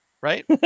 right